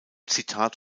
zitat